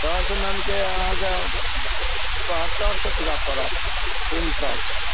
दस मनके अहाँकेँ बहत्तरि सओ टका पड़त क्विन्टल